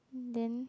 then